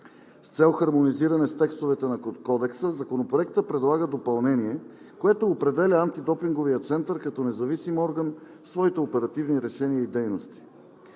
С цел хармонизиране с текстовете на Кодекса, Законопроектът предлага допълнение, което определя Антидопинговия център като независим орган в своите оперативни решения и дейности.